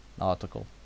article